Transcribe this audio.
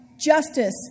justice